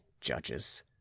judges